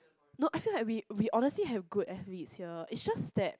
no I feel like we we honestly have good athletes here it's just that